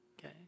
okay